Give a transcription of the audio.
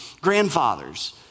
grandfathers